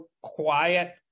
quiet